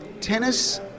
Tennis